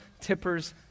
tippers